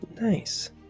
Nice